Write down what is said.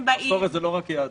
מסורת זה לא רק יהדות,